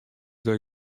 der